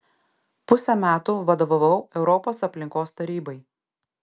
pusę metų vadovavau europos aplinkos tarybai